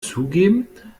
zugeben